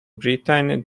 britain